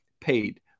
paid